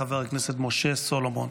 חבר הכנסת משה סולומון.